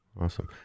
Awesome